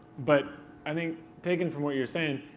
but i think taking from what you're saying,